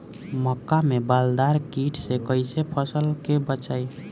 मक्का में बालदार कीट से कईसे फसल के बचाई?